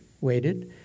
waited